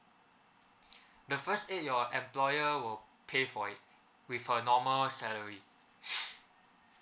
the first eight your employer will pay for it with her normal salary